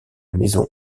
maison